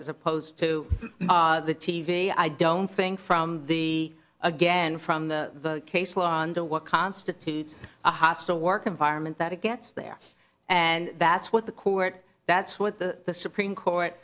as opposed to the t v i don't think from the again from the case law under what constitutes a hostile work environment that it gets there and that's what the court that's what the the supreme court